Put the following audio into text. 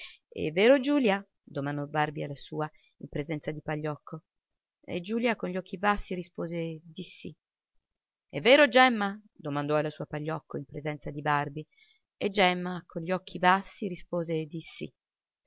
è vero giulia domandò barbi alla sua in presenza di pagliocco e giulia con gli occhi bassi rispose di sì è vero gemma domandò alla sua pagliocco in presenza di barbi e gemma con gli occhi bassi rispose